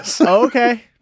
Okay